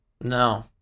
No